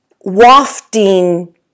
wafting